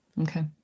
Okay